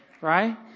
right